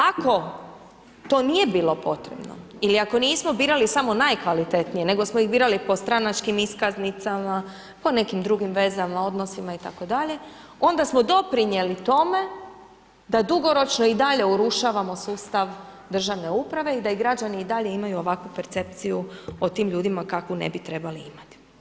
Ako to nije bilo potrebno ili ako nismo birali samo najkvalitetnije, nego smo ih birali po stranačkim iskaznicama, po nekim drugim vezama, odnosima itd., onda smo doprinijeli tome da dugoročno i dalje urušavamo sustav državne uprave i da i građani i dalje imaju ovakvu percepciju o tim ljudima kakvu ne bi trebali imati.